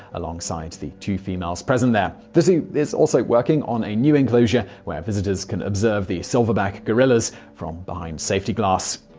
alongside the other two females present there. the zoo is also working on a new enclosure where visitors can observe the silverback gorillas from behind safety glass.